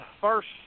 First